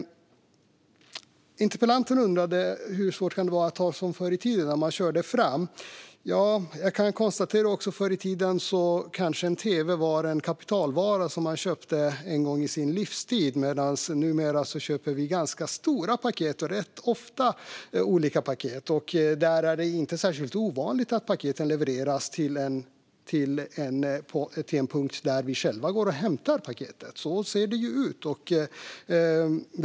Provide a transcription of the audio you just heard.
Interpellanten undrade hur svårt det kan vara att göra som förr i tiden när man körde fram. Jag kan konstatera att förr i tiden var en tv en kapitalvara som man kanske köpte en gång under sin livstid, men numera köper vi rätt ofta stora paket. Där är det inte särskilt ovanligt att paketen levereras till en punkt där vi själva hämtar paketet. Så ser det ut.